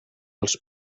els